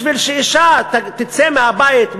בשביל שאישה תצא מהבית,